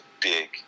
big